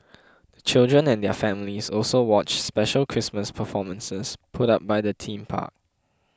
the children and their families also watched special Christmas performances put up by the theme park